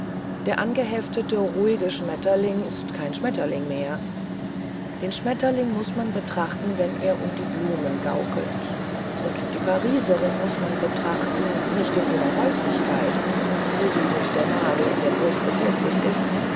der angeheftete ruhige schmetterling ist kein schmetterling mehr den schmetterling muß man betrachten wenn er um die blumen gaukelt und die pariserin muß man betrachten nicht in ihrer häuslichkeit wo sie mit der nadel in der brust befestigt ist